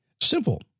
Simple